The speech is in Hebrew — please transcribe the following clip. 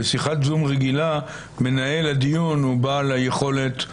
בשיחת זום רגילה מנהל הדיון הוא בעל היכולת